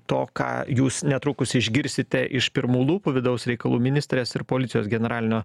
to ką jūs netrukus išgirsite iš pirmų lūpų vidaus reikalų ministrės ir policijos generalinio